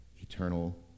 eternal